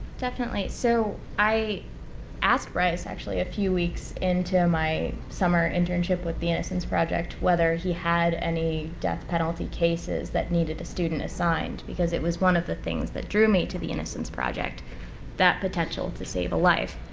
definitely. so i asked bryce actually a few weeks into my summer internship with the innocence project whether he had any death penalty cases that needed a student assigned because it was one of the things that drew me to the innocence project that potential to save a life.